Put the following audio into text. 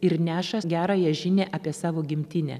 ir nešas gerąją žinią apie savo gimtinę